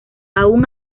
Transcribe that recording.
aun